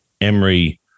Emery